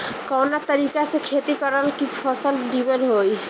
कवना तरीका से खेती करल की फसल नीमन होई?